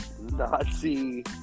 Nazi